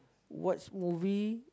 watch movie